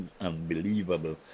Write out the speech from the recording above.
unbelievable